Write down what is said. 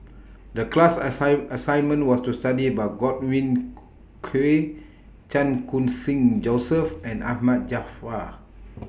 The class assign assignment was to study about Godwin Koay Chan Khun Sing Joseph and Ahmad Jaafar